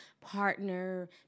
partner